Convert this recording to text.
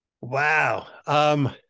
Wow